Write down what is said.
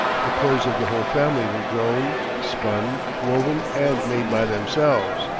the clothes of the whole family were grown, spun, woven, and made by themselves.